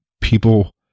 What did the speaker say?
people